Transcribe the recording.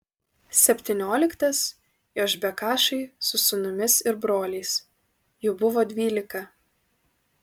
septynioliktas jošbekašai su sūnumis ir broliais jų buvo dvylika